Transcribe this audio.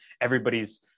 everybody's